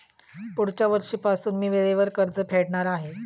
पुढच्या वर्षीपासून मी वेळेवर कर्ज फेडणार आहे